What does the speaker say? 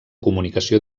comunicació